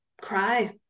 cry